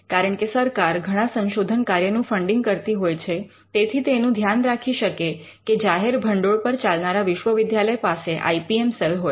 કારણકે સરકાર ઘણા સંશોધન કાર્યનું ફંડિંગ કરતી હોય છે તેથી તે એનું ધ્યાન રાખી શકે કે જાહેર ભંડોળ પર ચાલનારા વિશ્વવિદ્યાલય પાસે આઇ પી એમ સેલ હોય